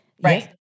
Right